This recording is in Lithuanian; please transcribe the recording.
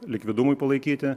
likvidumui palaikyti